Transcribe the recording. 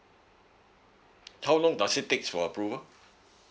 how long does it take for approval